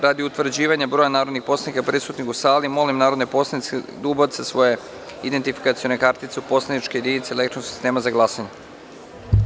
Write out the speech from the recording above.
Radi utvrđivanja broja narodnih poslanika prisutnih u sali, molim narodne poslanike da ubace svoje identifikacione kartice u poslaničke jedinice elektronskog sistema za glasanje.